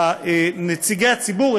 נציגי הציבור,